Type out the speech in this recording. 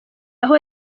aho